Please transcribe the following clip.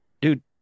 dude